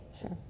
Sure